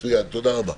מצוין, תודה רבה.